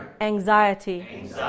anxiety